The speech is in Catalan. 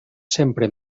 sempre